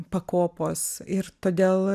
pakopos ir todėl